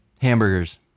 Hamburgers